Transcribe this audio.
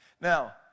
Now